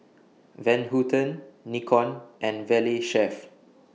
Van Houten Nikon and Valley Chef